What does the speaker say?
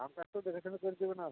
দামটা একটু দেখেশুনে কর দিবেন আর